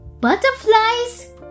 butterflies